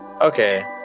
okay